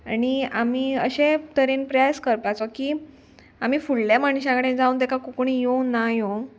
आनी आमी अशे तरेन प्रयास करपाचो की आमी फुडल्या मनशा कडेन जावन तेका कोंकणी येव ना येवंक